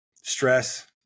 stress